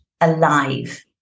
alive